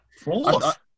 Fourth